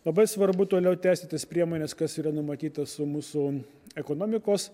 labai svarbu toliau tęsti tas priemones kas yra numatyta su mūsų ekonomikos